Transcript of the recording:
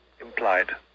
implied